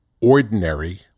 ordinary